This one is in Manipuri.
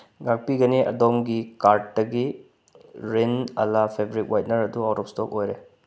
ꯉꯥꯛꯄꯤꯒꯅꯤ ꯑꯗꯣꯝꯒꯤ ꯀꯥꯔꯠꯇꯒꯤ ꯔꯤꯟ ꯑꯂꯥ ꯐꯦꯕ꯭ꯔꯤꯛ ꯍ꯭ꯋꯥꯏꯠꯅꯔ ꯑꯗꯨ ꯑꯥꯎꯠ ꯑꯣꯞ ꯏꯁꯇꯣꯛ ꯑꯣꯏꯔꯦ